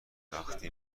وقتی